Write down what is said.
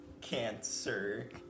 cancer